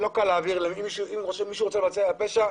אם מישהו רוצה לבצע פשע,